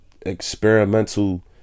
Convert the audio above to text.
experimental